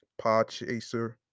Podchaser